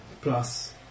Plus